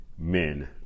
Men